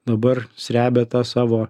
dabar srebia tą savo